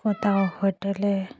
কোথাও হোটেলে